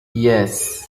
yes